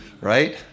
right